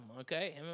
okay